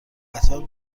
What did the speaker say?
قطار